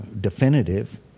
definitive